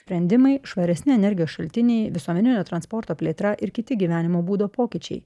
sprendimai švaresni energijos šaltiniai visuomeninio transporto plėtra ir kiti gyvenimo būdo pokyčiai